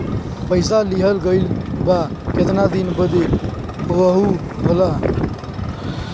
पइसा लिहल गइल बा केतना दिन बदे वहू होला